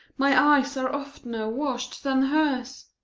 my eyes are oft'ner wash'd than hers.